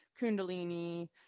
kundalini